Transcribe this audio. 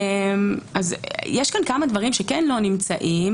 יש כאן כמה דברים שלא נמצאים.